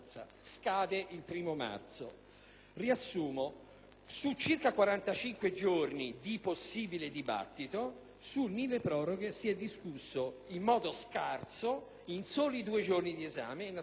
su circa 45 giorni di possibile dibattito, sul milleproroghe si è discusso, in modo scarso, per soli due giorni (naturalmente non per l'intera giornata).